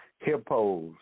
hippos